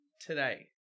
today